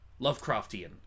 Lovecraftian